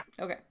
Okay